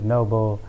Noble